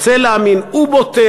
או רוצה להאמין, הוא בוטח.